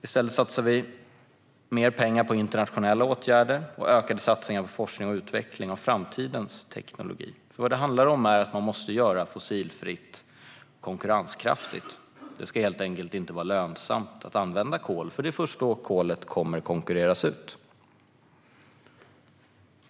I stället satsar vi mer pengar på internationella åtgärder och ökade satsningar på forskning och utveckling av framtidens teknologi. Vad det handlar om är nämligen att man måste göra det fossilfria konkurrenskraftigt. Det ska helt enkelt inte vara lönsamt att använda kol. Det är först då som kolet kommer att konkurreras ut.